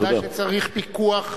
ודאי שצריך פיקוח,